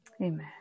Amen